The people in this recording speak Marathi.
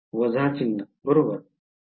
वजा चिन्ह बरोबर